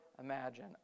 imagine